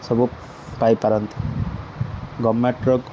ସବୁ ପାଇପାରନ୍ତି ଗଭର୍ଣ୍ଣମେଣ୍ଟ